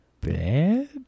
bad